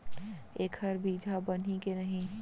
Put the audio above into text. एखर बीजहा बनही के नहीं?